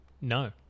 No